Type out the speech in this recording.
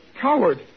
coward